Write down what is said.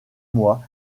mois